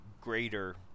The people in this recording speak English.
greater